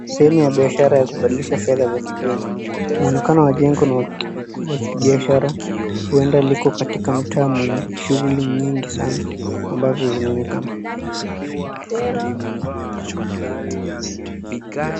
Sehemu ya biashara ya kubadilisha fedha za kigeni. Mwonekana wa jengo ni wa kibiashara, ueda liko katika mtaa mwenye shughuli nyingi sana ambavyo zinaonekana.